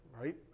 right